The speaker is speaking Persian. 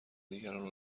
دیگران